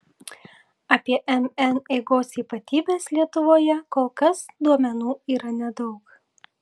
apie mn eigos ypatybes lietuvoje kol kas duomenų yra nedaug